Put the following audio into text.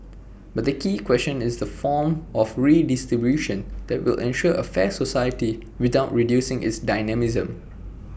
but the key question is the form of redistribution that will ensure A fair society without reducing its dynamism